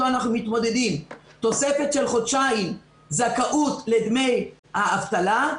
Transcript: אנחנו מתמודדים תוספת של חודשיים זכאות לדמי האבטלה,